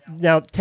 now